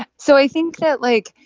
so i think that, like,